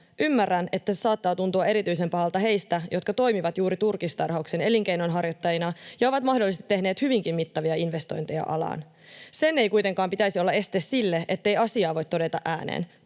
Ymmärrän, että se saattaa tuntua erityisen pahalta heistä, jotka toimivat juuri turkistarhauksen elinkeinonharjoittajina ja ovat mahdollisesti tehneet hyvinkin mittavia investointeja alaan. Sen ei kuitenkaan pitäisi olla este sille, ettei asiaa voi todeta ääneen: